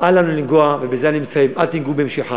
אל לנו לנגוע, ובזה אני מסיים, אל תיגעו במשיחי.